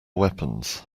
weapons